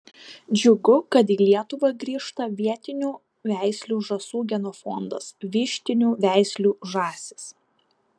džiugu kad į lietuvą grįžta vietinių veislių žąsų genofondas vištinių veislių žąsys